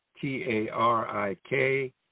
T-A-R-I-K